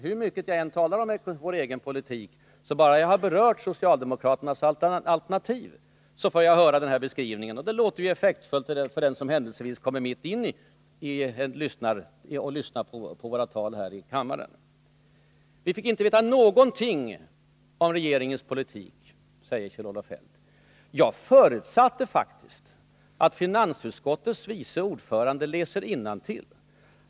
Hur mycket jag än talar om regerings egen politik, men råkar beröra socialdemokraternas alternativ, så får jag höra den där beskrivningen. Och det kan ju låta effektfullt för den som råkar lyssna just då. Vi fick inte veta någonting om regeringens politik, sade Kjell-Olof Feldt. Men jag förutsätter faktiskt att finansutskottets vice ordförande läser innantill.